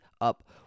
up